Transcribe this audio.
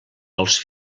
els